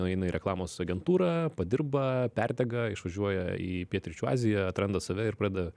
nueina į reklamos agentūrą padirba perdega išvažiuoja į pietryčių aziją atranda save ir pradeda